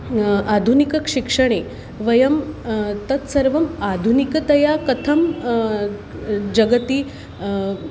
आधुनिकशिक्षणे वयं तत्सर्वम् आधुनिकतया कथं जगति